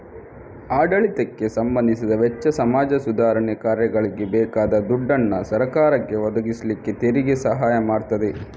ಆಡಳಿತಕ್ಕೆ ಸಂಬಂಧಿಸಿದ ವೆಚ್ಚ, ಸಮಾಜ ಸುಧಾರಣೆ ಕಾರ್ಯಗಳಿಗೆ ಬೇಕಾದ ದುಡ್ಡನ್ನ ಸರಕಾರಕ್ಕೆ ಒದಗಿಸ್ಲಿಕ್ಕೆ ತೆರಿಗೆ ಸಹಾಯ ಮಾಡ್ತದೆ